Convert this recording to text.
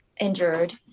injured